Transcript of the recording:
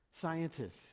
Scientists